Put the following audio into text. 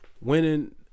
winning